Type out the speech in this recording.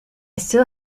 still